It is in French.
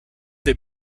des